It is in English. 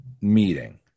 meeting